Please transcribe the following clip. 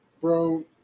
Bro